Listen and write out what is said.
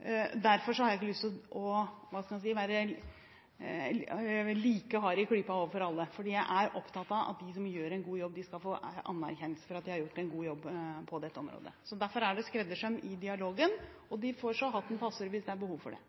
har jeg ikke lyst til å være like hard i klypa overfor alle, fordi jeg er opptatt av at de som gjør en god jobb på dette området, skal få anerkjennelse for det. Derfor er det skreddersøm i dialogen, og de får så hatten passer hvis det er behov for det.